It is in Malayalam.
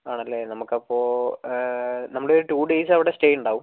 ആണല്ലേ നമുക്ക് അപ്പോൾ നമ്മൾ ഒരു ടു ഡേയ്സ് അവിടെ സ്റ്റേ ഉണ്ടാവും